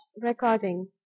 recording